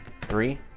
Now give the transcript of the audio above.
Three